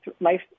life